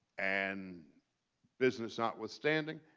and business notwithstanding,